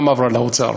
גם עברה לאוצר.